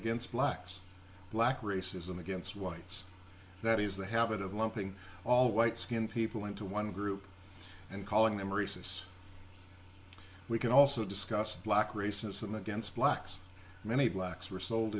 against blacks black racism against whites that is the habit of lumping all white skinned people into one group and calling them rhesus we can also discuss black racism against blacks many blacks were sold